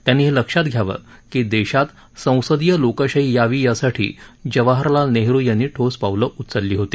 त्यांनी हे लक्षात घ्यावं की देशात संसदीय लोकशाही यावी यासाठी जवाहलाल नेहरु यांनी ठोस पावलं उचलली होती